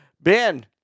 Ben